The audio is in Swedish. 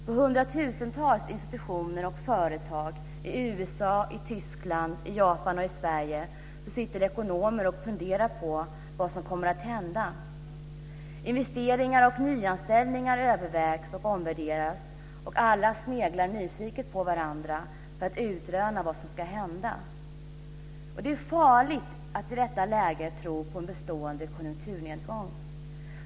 På hundratusentals institutioner och företag i USA, Tyskland, Japan och Sverige sitter ekonomer och funderar på vad som kommer att hända. Investeringar och nyanställningar övervägs och omvärderas, och alla sneglar nyfiket på varandra för att utröna vad som ska hända. Det är farligt att i detta läge tro på en bestående konjunkturnedgång.